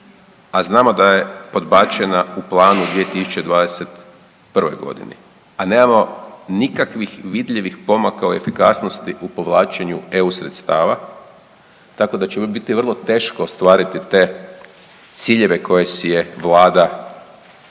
a znamo da je podbačena u planu 2021. g., a nemamo nikakvih vidljivih pomaka u efikasnosti u povlačenju EU sredstava, tako da će ovo biti vrlo teško ostvariti te ciljeve koje si je Vlada